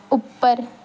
ਉੱਪਰ